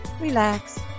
relax